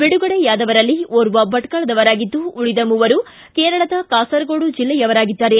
ಬಿಡುಗಡೆಯಾದವರಲ್ಲಿ ಓರ್ವ ಭಟ್ಕಳದವರಾಗಿದ್ದು ಉಳಿದ ಮೂವರು ಕೇರಳದ ಕಾಸರಗೋಡು ಜಿಲ್ಲೆಯವರಾಗಿದ್ದಾರೆ